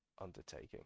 undertaking